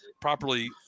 properly